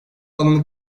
alanı